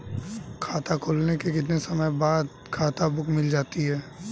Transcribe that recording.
खाता खुलने के कितने समय बाद खाता बुक मिल जाती है?